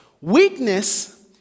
weakness